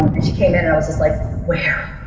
and she came in and i was just like where?